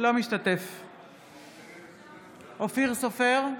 אינו משתתף בהצבעה אופיר סופר,